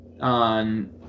on